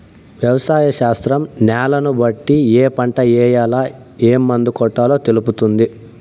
వ్యవసాయ శాస్త్రం న్యాలను బట్టి ఏ పంట ఏయాల, ఏం మందు కొట్టాలో తెలుపుతుంది